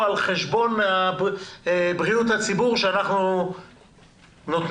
על חשבון בריאות הציבור שאנחנו נותנים?